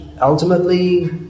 ultimately